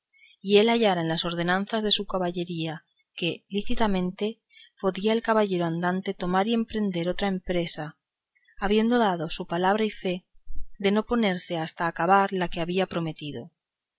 y si él hallara en las ordenanzas de su caballería que lícitamente podía el caballero andante tomar y emprender otra empresa habiendo dado su palabra y fe de no ponerse en ninguna hasta acabar la que había prometido